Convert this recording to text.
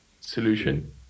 solution